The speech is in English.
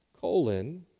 colon